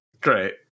Great